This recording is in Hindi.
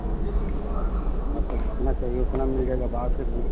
आपको जितना चाहिए उतना मिल जाएगा भाव से कम